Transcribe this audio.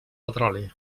petroli